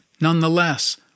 nonetheless